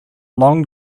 long